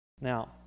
Now